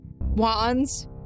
Wands